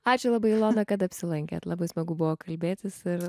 ačiū labai ilona kad apsilankėt labai smagu buvo kalbėtis ir